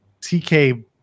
tk